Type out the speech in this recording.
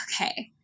okay